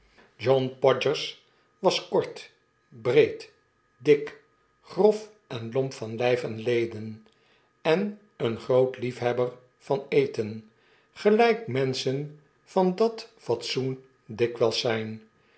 john podgers was kort breed dik grof en lomp van lflf en leden eneengrootliefhebber van eten gelijk menschen van datfatsoen dikwijls zp